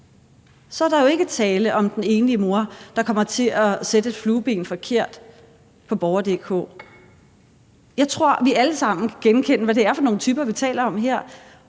så er der jo ikke tale om den enlige mor, der kommer til at sætte et flueben forkert på borger.dk. Jeg tror, at vi alle sammen kan genkende, hvilke typer det er, vi taler om her,